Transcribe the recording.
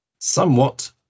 somewhat